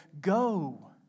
go